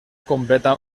completa